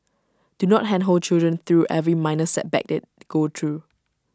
do not handhold children through every minor setback they go through